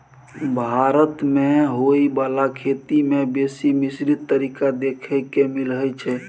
भारत मे होइ बाला खेती में बेसी मिश्रित तरीका देखे के मिलइ छै